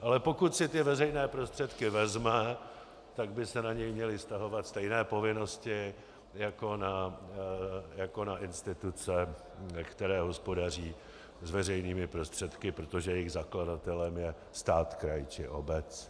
Ale pokud si ty veřejné prostředky vezme, tak by se na něj měly vztahovat stejné povinnosti jako na instituce, které hospodaří s veřejnými prostředky, protože jejich zakladatelem je stát, kraj či obec.